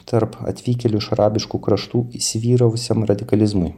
tarp atvykėlių iš arabiškų kraštų įsivyravusiam radikalizmui